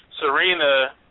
Serena